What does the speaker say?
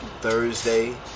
Thursday